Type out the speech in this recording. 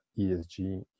ESG